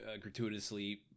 gratuitously